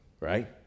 right